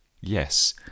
Yes